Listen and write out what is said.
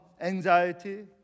anxiety